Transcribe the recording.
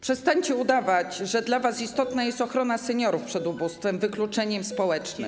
Przestańcie udawać, że dla was istotna jest ochrona seniorów przed ubóstwem, wykluczeniem społecznym.